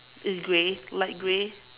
is grey light grey